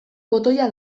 botoia